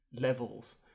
levels